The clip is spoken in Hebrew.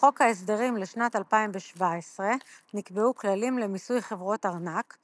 ב"חוק ההסדרים" לשנת 2017 נקבעו כללים למיסוי חברות ארנק,